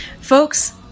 folks